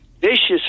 Vicious